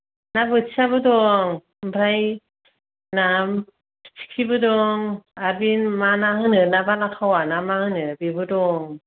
ना बोथियाबो दं आमफ्राय ना फिथिख्रिबो दं आरो बे मा ना होनो ना बाला खावा ना माहोनो बेबो दं